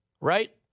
Right